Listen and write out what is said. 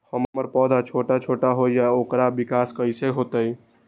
हमर पौधा छोटा छोटा होईया ओकर विकास कईसे होतई?